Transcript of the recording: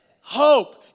Hope